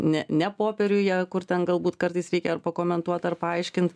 ne ne popieriuje kur ten galbūt kartais reikia ar pakomentuot ar paaiškint